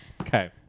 Okay